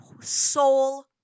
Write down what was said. soul